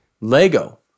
Lego